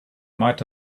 might